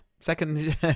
second